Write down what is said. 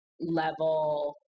level